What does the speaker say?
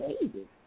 baby